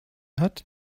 hat